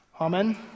Amen